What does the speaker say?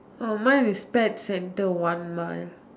orh mine is pet center one mile